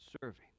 serving